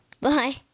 Bye